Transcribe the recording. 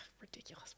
ridiculous